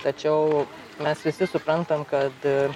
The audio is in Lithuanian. tačiau mes visi suprantam kad